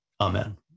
Amen